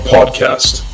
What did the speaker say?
Podcast